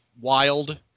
wild